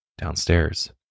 Downstairs